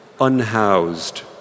unhoused